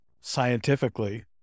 scientifically